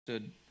Stood